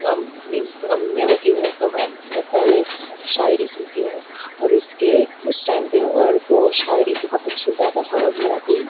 غم میں غم میں ہوتی ہوں تو میں میں پہلے شاعری سنتی ہوں اور اس کے اس ٹائم پہ اور وہ شاعری بہت اچھی زیادہ سمجھ میں آتی